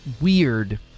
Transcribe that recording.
weird